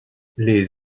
les